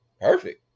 perfect